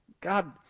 God